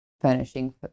furnishing